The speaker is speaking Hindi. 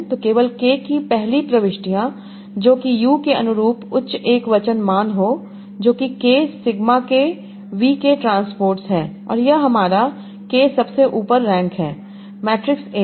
तो केवल k की पहली प्रविष्टियाँ जो कि u के अनुरूप उच्च एकवचन मान जो कि k sigma k V k transports हैं और यह हमारा k सबसे ऊपर रैंक हैं मैट्रिक्स A में